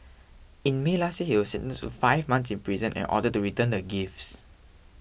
in May last year since five months in prison and ordered to return the gifts